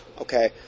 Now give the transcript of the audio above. Okay